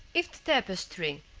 if the tapestry,